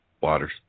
Waters